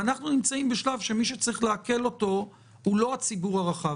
אנחנו נמצאים בשלב שמי שצריך לעכל אותו הוא לא הציבור הרחב.